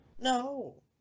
No